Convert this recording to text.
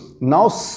now